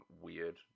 weird